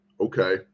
Okay